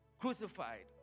crucified